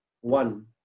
one